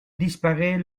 disparaît